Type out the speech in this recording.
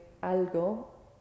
algo